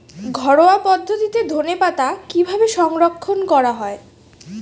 ঘরোয়া পদ্ধতিতে ধনেপাতা কিভাবে সংরক্ষণ করা হয়?